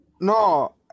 No